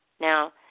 Now